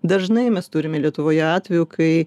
dažnai mes turime lietuvoje atvejų kai